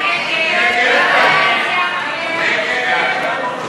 בעד, 59, נגד,